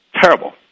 terrible